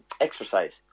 exercise